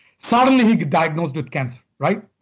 suddenly he diagnosed with cancer, right?